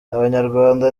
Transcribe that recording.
abanyarwanda